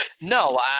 No